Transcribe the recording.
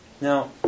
Now